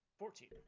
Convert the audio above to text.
Fourteen